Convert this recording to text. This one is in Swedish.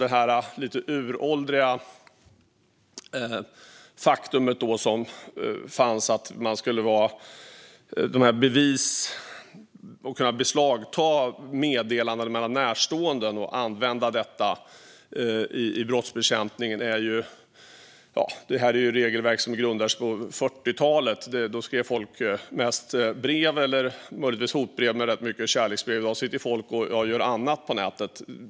De regelverk som finns om att beslagta meddelanden mellan närstående för att använda i brottsbekämpning stammar från 1940-talet. Då skrev folk brev - möjligtvis hotbrev men mest kärleksbrev. I dag sitter folk och gör annat på nätet.